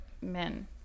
Men